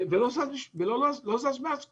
לא זז מאז כלום,